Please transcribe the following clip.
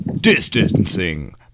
distancing